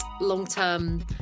long-term